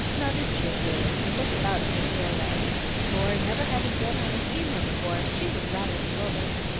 nodded cheerfully, and looked about for the stairway for, never having been on a steamer before, she was rather bewildered.